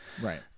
right